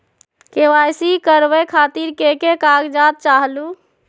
KYC करवे खातीर के के कागजात चाहलु?